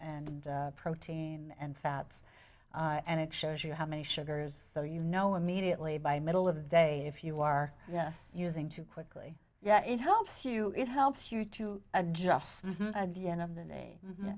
and protein and fats and it shows you how many sugars so you know immediately by middle of the day if you are yes using too quickly yeah it helps you it helps you to adjust